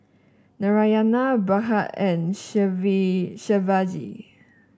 Narayana Bhagat and Shivaji